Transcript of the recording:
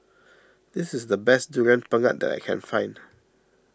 this is the best Durian Pengat that I can find